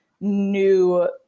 new